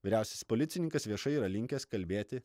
vyriausias policininkas viešai yra linkęs kalbėti